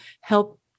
help